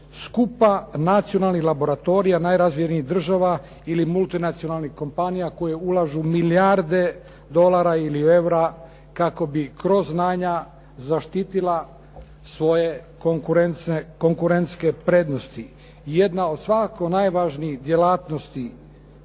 skupa nacionalnih laboratorija najrazvijenijih država ili multinacionalnih kompanija koje ulažu milijarde dolara ili eura kako bi kroz znanja zaštitila svoje konkurentske prednosti. Jedna od svakako najvažnijih djelatnosti